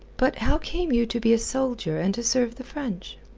but how came you to be a soldier, and to serve the french?